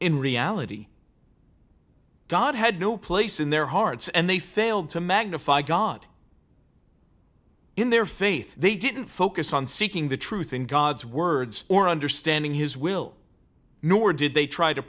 in reality god had no place in their hearts and they failed to magnify god in their faith they didn't focus on seeking the truth in god's words or understanding his will nor did they tr